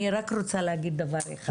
אני רק רוצה להגיד דבר אחד.